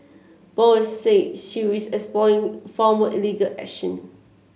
Bose said she is exploring formal illegal action